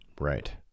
Right